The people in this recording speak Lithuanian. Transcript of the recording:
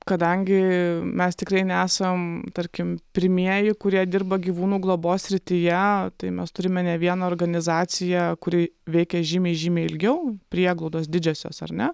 kadangi mes tikrai nesam tarkim pirmieji kurie dirba gyvūnų globos srityje tai mes turime ne vieną organizaciją kuri veikė žymiai žymiai ilgiau prieglaudos didžiosios ar ne